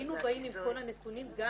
היינו באים עם כל הנתונים גם